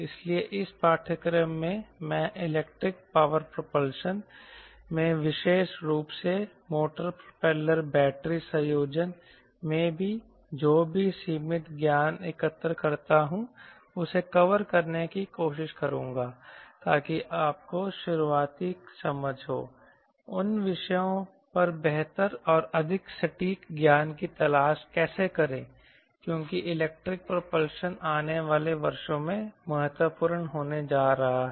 इसलिए इस पाठ्यक्रम में मैं इलेक्ट्रिक पावर प्रोपल्शन में विशेष रूप से मोटर प्रोपेलर बैटरी संयोजन में जो भी सीमित ज्ञान एकत्र करता हूं उसे कवर करने की कोशिश करूंगा ताकि आपको शुरुआती समझ हो उन विषयों पर बेहतर और अधिक सटीक ज्ञान की तलाश कैसे करें क्योंकि इलेक्ट्रोल प्रोपल्शनआने वाले वर्षों में महत्वपूर्ण होने जा रहा है